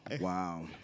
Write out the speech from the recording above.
Wow